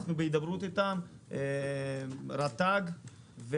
אנחנו בהידברות איתם וגם עם רט"ג.